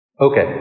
Okay